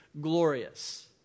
glorious